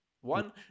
one